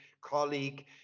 colleague